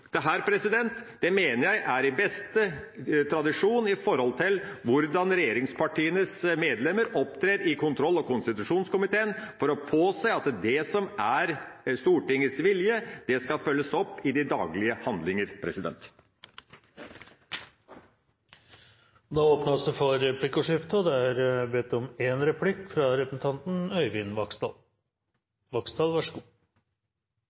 mener jeg er i beste tradisjon med hensyn til hvordan regjeringspartienes medlemmer opptrer i kontroll- og konstitusjonskomiteen, for å påse at det som er Stortingets vilje, følges opp i de daglige handlinger. Det blir replikkordskifte. Denne saken har som kjent sin bakgrunn i medieoppslag om at næringsministeren hadde forsøkt å plassere en